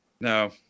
No